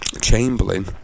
Chamberlain